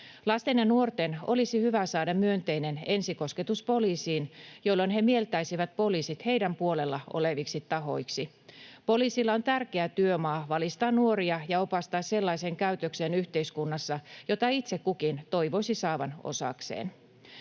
Lasten ja nuorten olisi hyvä saada myönteinen ensikosketus poliisiin, jolloin he mieltäisivät poliisit heidän puolellaan olevaksi tahoksi. Poliisilla on tärkeää työmaa valistaa nuoria ja opastaa sellaiseen käytökseen yhteiskunnassa, jota itse kukin toivoisi saavan osakseen.